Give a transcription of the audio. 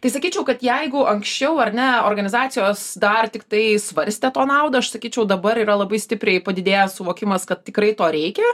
tai sakyčiau kad jeigu anksčiau ar ne organizacijos dar tiktai svarstė to naudą aš sakyčiau dabar yra labai stipriai padidėjęs suvokimas kad tikrai to reikia